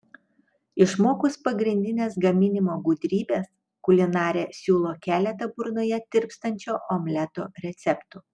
išmokus pagrindines gaminimo gudrybes kulinarė siūlo keletą burnoje tirpstančio omleto receptų